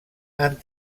han